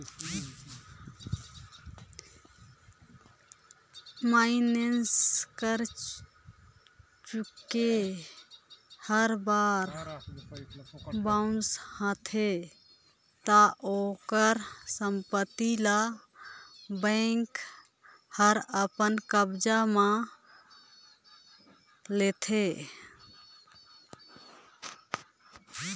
मइनसे कर चेक हर बार बार बाउंस होथे ता ओकर संपत्ति ल बेंक हर अपन कब्जा में ले लेथे